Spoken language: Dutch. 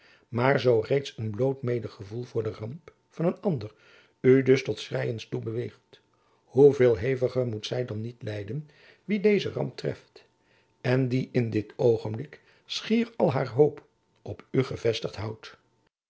maar zoo reeds een bloot medegevoel voor de ramp van een ander u dus tot schreiens toe beweegt hoeveel heviger moet zy dan niet lijden wie deze ramp treft en die in dit oogenblik schier al haar hoop op u gevestigd houdt